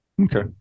Okay